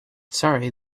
sorry